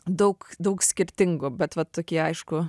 daug daug skirtingų bet vat tokie aišku